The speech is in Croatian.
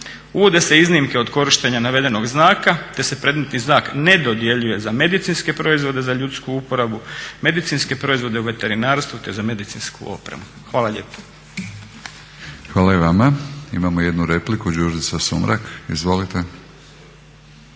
Uvode se iznimke od korištenja navedenog znaka, te se predmetni znak ne dodjeljuje za medicinske proizvode za ljudsku uporabu, medicinske proizvode u veterinarstvu, te za medicinsku opremu. Hvala lijepo. **Batinić, Milorad (HNS)** Hvala i vama. Imamo jednu repliku, Đurđica Sumrak. Izvolite.